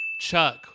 Chuck